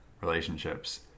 relationships